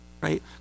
Right